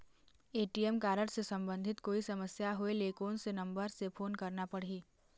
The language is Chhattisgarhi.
ए.टी.एम कारड से संबंधित कोई समस्या होय ले, कोन से नंबर से फोन करना पढ़ही?